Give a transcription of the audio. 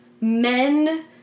men